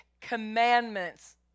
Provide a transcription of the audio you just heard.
commandments